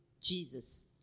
Jesus